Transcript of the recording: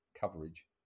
coverage